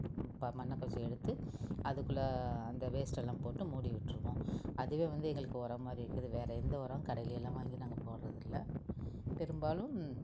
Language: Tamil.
ப மண்ணை கொஞ்சம் எடுத்து அதுக்குள்ள அந்த வேஸ்டெல்லாம் போட்டு மூடி விட்டுருவோம் அதுவே வந்து எங்களுக்கு உரம் மாதிரி இருக்குது வேற எந்த உரம் கடையிலேலாம் வாங்கி நாங்கள் போடுறதில்ல பெரும்பாலும்